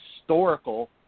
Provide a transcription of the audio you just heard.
historical